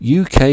UK